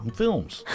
films